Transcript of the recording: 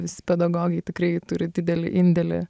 visi pedagogai tikrai turi didelį indėlį